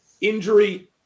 Injury